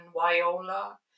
Viola